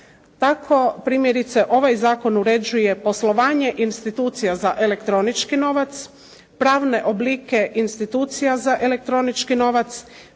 Tako primjerice ovaj zakon uređuje poslovanje institucija za elektronički novac, pravne oblike institucija za elektronički novac,